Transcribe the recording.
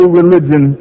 religion